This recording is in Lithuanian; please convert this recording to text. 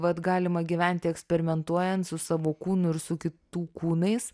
vat galima gyventi eksperimentuojant su savo kūnu ir su kitų kūnais